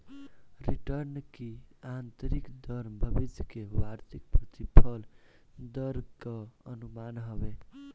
return की आतंरिक दर भविष्य के वार्षिक प्रतिफल दर कअ अनुमान हवे